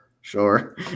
Sure